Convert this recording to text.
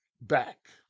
back